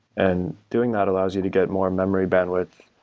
and doing that allows you to get more memory bandwidth,